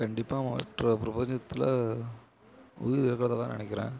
கண்டிப்பாக மற்ற பிரபஞ்சத்தில் உயிர் இருக்கிறதாதான் நினைக்கிறேன்